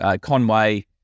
Conway